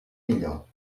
millor